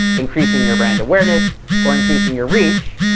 increasing your brand awareness or increasing your reach.